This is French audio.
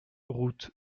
route